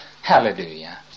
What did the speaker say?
Hallelujah